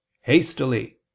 hastily